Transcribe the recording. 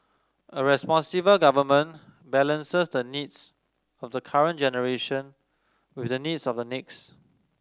a responsible government balances the needs of the current generation with the needs of the next